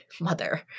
mother